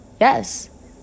yes